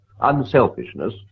Unselfishness